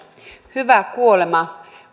hyvä kuolema